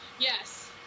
Yes